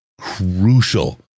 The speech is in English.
crucial